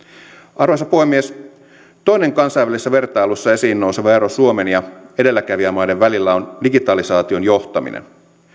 arvoisa puhemies toinen kansainvälisessä vertailussa esiin nouseva ero suomen ja edelläkävijämaiden välillä on digitalisaation johtaminen